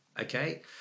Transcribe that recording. okay